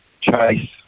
chase